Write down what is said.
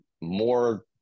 More